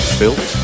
built